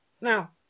Now